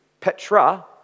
Petra